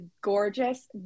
gorgeous